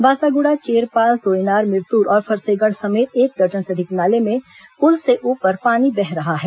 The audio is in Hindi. बासागुड़ा चेरपाल तोयनार मिरतुर और फरसेगढ़ समेत एक दर्जन से अधिक नाले में पुल से ऊपर पानी बह रहा है